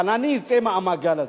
אבל אני אצא מהמעגל הזה.